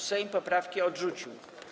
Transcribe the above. Sejm poprawki odrzucił.